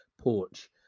porch